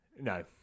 No